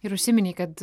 ir užsiminei kad